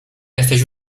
jesteś